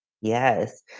Yes